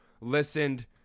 listened